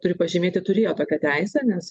turi pažymėti turėjo tokią teisę nes